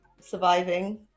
Surviving